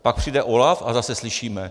Pak přijde OLAF a zase slyšíme: